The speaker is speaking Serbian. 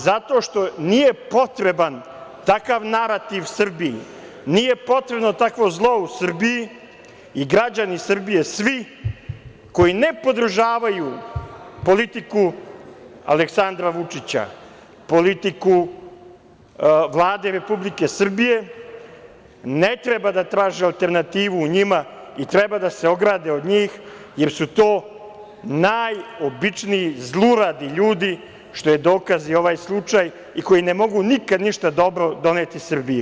Nije potreban takav narativ Srbiji, nije potrebno takvo zlo u Srbiji i građani Srbije svi koji ne podržavaju politiku Aleksandra Vučića, politiku Vlade Republike Srbije ne treba da traže alternativu u njima i treba da se ograde od njih, jer su to najobičniji zluradi ljudi, što je dokaz i ovaj slučaj, koji ne mogu nikad ništa dobro doneti Srbiji.